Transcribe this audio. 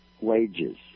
wages